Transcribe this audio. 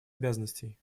обязанностей